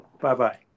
Bye-bye